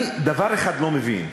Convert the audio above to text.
אני דבר אחד לא מבין: